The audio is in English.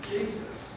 Jesus